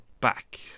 back